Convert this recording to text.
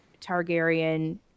Targaryen